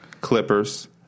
Clippers